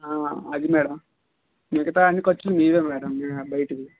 ఆది మేడం మీగత అని ఖర్చులు మీవే మేడం బయటివి